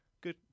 Good